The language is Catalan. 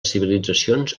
civilitzacions